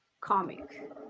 comic